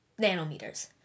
nanometers